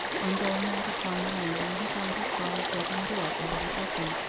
on going out upon the landing he found his father's bedroom door already open.